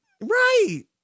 Right